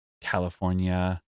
California